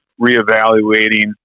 reevaluating